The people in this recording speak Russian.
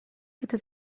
это